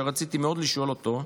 ורציתי מאוד לשאול אותו: